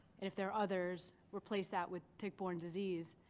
if there are others, replace that with tick-borne disease,